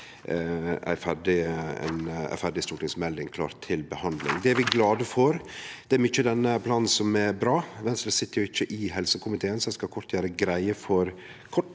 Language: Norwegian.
ei ferdig stortingsmelding klar til behandling. Det er vi glade for. Det er mykje i denne planen som er bra. Venstre sit ikkje i helse- og omsorgskomiteen, så eg skal kort gjere greie for moment